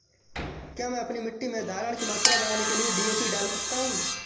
क्या मैं अपनी मिट्टी में धारण की मात्रा बढ़ाने के लिए डी.ए.पी डाल सकता हूँ?